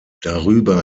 darüber